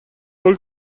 هول